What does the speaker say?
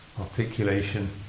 articulation